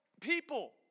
people